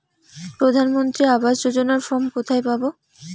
প্রধান মন্ত্রী আবাস যোজনার ফর্ম কোথায় পাব?